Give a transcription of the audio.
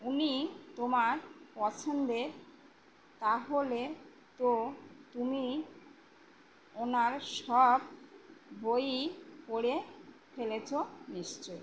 উনি তোমার পছন্দের তাহলে তো তুমি ওনার সব বইই পড়ে ফেলেছো নিশ্চই